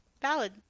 Valid